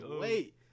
wait